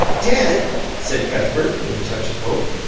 dead? said cuthbert, with a touch of hope.